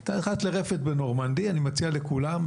ביקרתי ברפת בנורמנדי אני מציע לכולם,